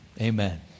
Amen